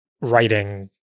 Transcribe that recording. writing